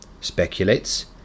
speculates